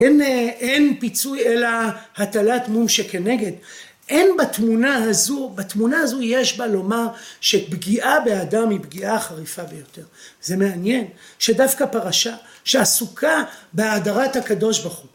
אין פיצוי אלא הטלת מום שכנגד, אין בתמונה הזו, בתמונה הזו יש בה לומר שפגיעה באדם היא פגיעה חריפה ביותר, זה מעניין, שדווקא פרשה, שעסוקה בהאדרת הקדוש ברוך הוא